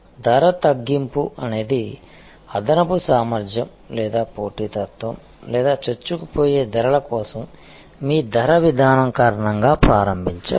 ధర తగ్గింపు అనేది అదనపు సామర్థ్యం లేదా పోటీతత్వం లేదా చొచ్చుకుపోయే ధరల కోసం మీ ధర విధానం కారణంగా ప్రారంభించవచ్చు